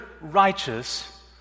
righteous